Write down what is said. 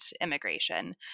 immigration